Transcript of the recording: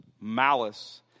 malice